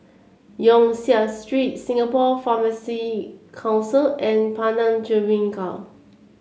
Yong Siak Street Singapore Pharmacy Council and Padang Jeringau